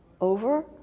over